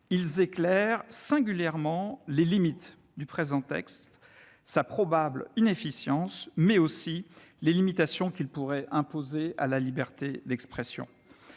vote éclairent singulièrement les limites du présent texte, sa probable inefficience, mais aussi les limitations qu'il pourrait imposer à la liberté d'expression.